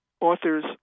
authors